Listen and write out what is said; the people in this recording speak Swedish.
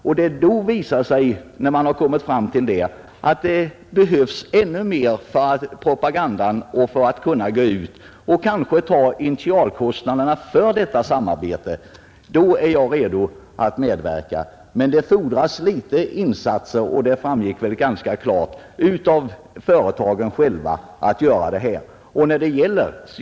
Om det då visar sig att det behövs ännu mer propaganda för att komma ut på en större marknad kanske vi kan hjälpa till med initialkostnaderna för detta samarbete. Men det fordras litet insatser — och det framgick väl ganska klart — av företagen själva härvidlag.